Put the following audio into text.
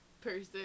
person